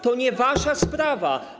To nie wasza sprawa.